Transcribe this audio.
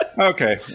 okay